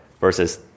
versus